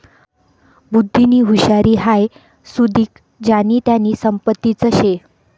बुध्दीनी हुशारी हाई सुदीक ज्यानी त्यानी संपत्तीच शे